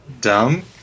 dumb